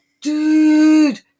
Dude